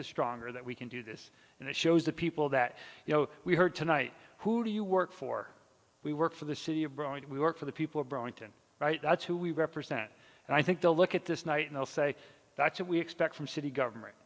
us stronger that we can do this and it shows the people that you know we heard tonight who do you work for we work for the city of rome and we work for the people of brenton right that's who we represent and i think they'll look at this night and they'll say that's what we expect from city government